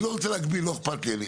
אני לא רוצה להגביל, לא אכפת לי.